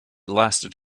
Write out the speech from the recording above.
lasted